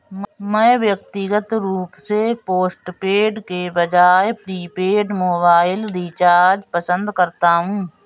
मैं व्यक्तिगत रूप से पोस्टपेड के बजाय प्रीपेड मोबाइल रिचार्ज पसंद करता हूं